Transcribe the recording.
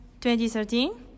2013